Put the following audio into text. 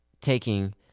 taking